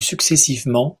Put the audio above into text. successivement